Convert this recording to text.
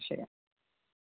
ശരിയെന്നാൽ